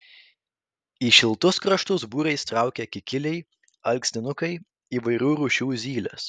į šiltus kraštus būriais traukia kikiliai alksninukai įvairių rūšių zylės